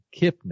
Kipnis